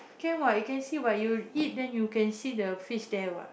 can what you can see what you eat then you can see the fish there what